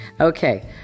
Okay